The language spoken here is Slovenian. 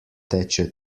teče